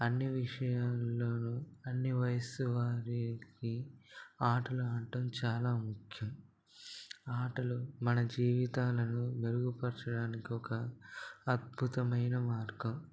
అన్ని విషయాల్లోనూ అన్ని వయసు వారికి ఆటలు ఆడడం చాలా ముఖ్యం ఆటలు మన జీవితాలను మెరుగుపరచడానికి ఒక అద్భుతమైన మార్గం